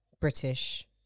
British